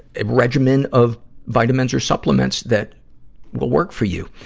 a regimen of vitamins or supplements that will work for you.